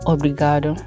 Obrigado